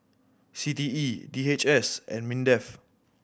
C T E D H S and MINDEF